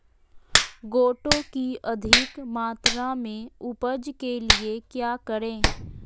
गोटो की अधिक मात्रा में उपज के लिए क्या करें?